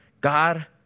God